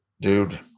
dude